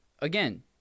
again